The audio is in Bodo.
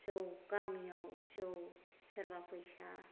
जौ गामियाव जौ सोरबा फैसा